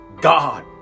God